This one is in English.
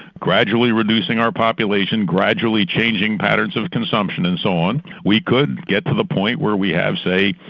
gradually reducing our population, gradually changing patterns of consumption and so on, we could get to the point where we have, say,